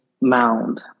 mound